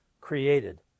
created